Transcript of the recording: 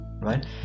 right